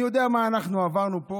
אני יודע מה אנחנו עברנו פה.